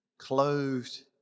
clothed